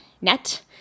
net